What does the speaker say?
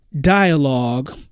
dialogue